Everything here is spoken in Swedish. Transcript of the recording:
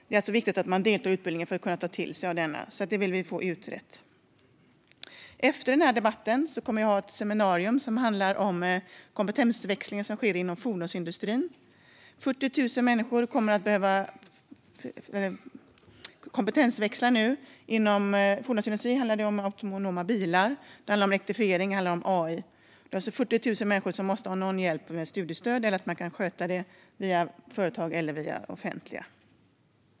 Det är viktigt att man deltar i utbildningen för att kunna ta till sig den. Detta vill vi få utrett. Efter den här debatten kommer jag att ha ett seminarium om kompetensväxling i fordonsindustrin. Det är 40 000 människor som kommer att behöva kompetensväxla. Inom fordonsindustrin handlar det om autonoma bilar, elektrifiering och AI. Det är alltså 40 000 människor som måste ha hjälp med studiestöd eller få hjälp med att sköta detta via företag eller det offentliga.